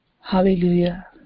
Hallelujah